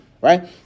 right